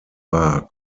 war